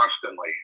constantly